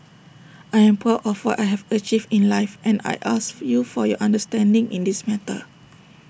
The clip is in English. I am proud of what I have achieved in life and I ask for you for your understanding in this matter